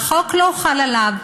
והחוק לא חל עליו.